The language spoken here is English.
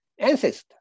ancestor